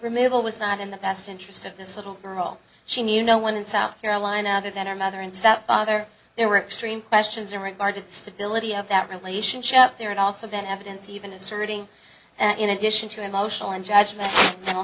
removal was not in the best interest of this little girl she knew no one in south carolina other than her mother and stepfather there were extreme questions in regard to the stability of that relationship there had also been evidence even asserting that in addition to emotional and judgment